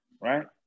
right